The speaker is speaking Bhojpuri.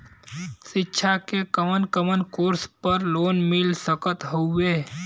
शिक्षा मे कवन कवन कोर्स पर लोन मिल सकत हउवे?